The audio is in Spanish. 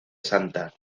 sta